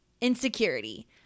Insecurity